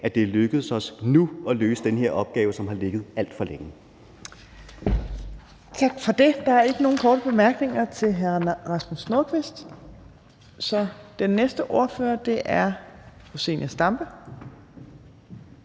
at det er lykkedes os nu at løse den her opgave, som har ligget alt for længe.